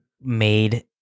made